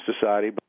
society